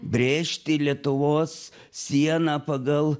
brėžti lietuvos sieną pagal